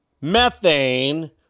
methane